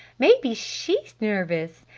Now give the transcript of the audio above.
maybe she's nervous!